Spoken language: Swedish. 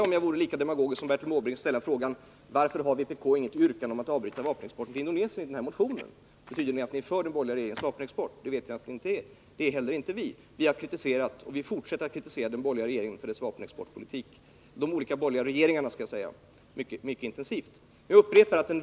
Om jag vore lika demagogisk som Bertil Måbrink, kunde jag ställa frågan: Varför har vpk i sin motion inget yrkande om en avveckling av vapenexporten till Indonesien? Betyder det att ni är för den borgerliga regeringens vapenexport? Det vet jag att ni inte är. Det är inte heller vi. Vi har kritiserat och vi fortsätter att kritisera de olika borgerliga regeringarna för deras vapenexportpolitik.